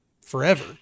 forever